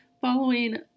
following